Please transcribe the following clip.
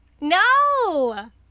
no